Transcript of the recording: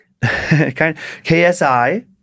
KSI